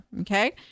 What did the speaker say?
Okay